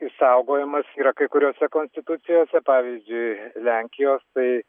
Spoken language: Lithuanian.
išsaugojimas yra kai kuriose konstitucijose pavyzdžiui lenkijos tai